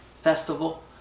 festival